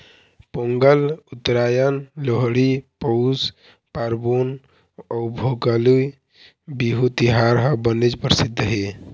पोंगल, उत्तरायन, लोहड़ी, पउस पारबोन अउ भोगाली बिहू तिहार ह बनेच परसिद्ध हे